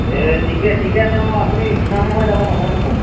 তে ঠিকে ঠিকে আছে আৰু আপুনি কিমান সময়ত যাব সময়টো কওক